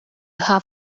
have